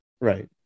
Right